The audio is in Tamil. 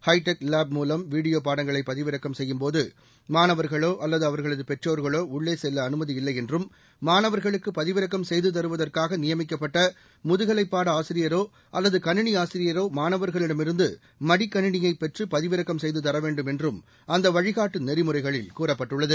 ஹை டெக் லேப் மூலம் வீடியோ பாடங்களை பதிவிறக்கம் செய்யும்போது மாணவர்களோ அல்லது அவர்களது பெற்றோர்களோ உள்ளே செல்ல அனுமதி இல்லை என்றும் மாணவர்களுக்கு பதிவிறக்கம் செய்து தருவதற்காக நியமிக்கப்பட்ட முதுகலைப் பாட ஆசிரியரோ அல்லது கனிணி ஆசிரியரோ மாணவர்களிடமிருந்து மடிக்கனினியை பெற்று பதிவிறக்கம் செய்து தர வேண்டும் என்றும் அந்த வழிகாட்டு நெறிமுறைகளில் கூறப்பட்டுள்ளது